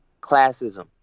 classism